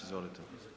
Izvolite.